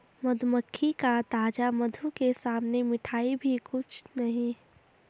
मधुमक्खी का ताजा मधु के सामने मिठाई भी कुछ नहीं